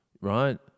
right